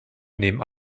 neben